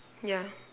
yeah